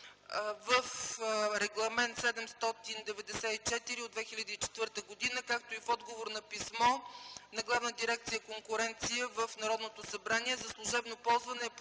в Регламент 794 от 2004 г., както и в отговор на писмо на Главна дирекция „Конкуренция”, в Народното събрание за служебно ползване